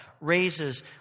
raises